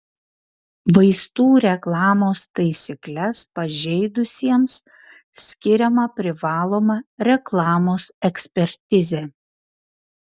vaistų reklamos taisykles pažeidusiesiems skiriama privaloma reklamos ekspertizė